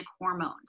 hormones